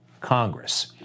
Congress